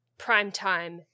primetime